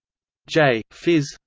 j. phys.